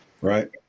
right